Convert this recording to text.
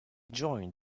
joined